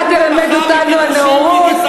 אתה תלמד אותנו על נאורות?